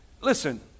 Listen